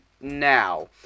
now